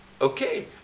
Okay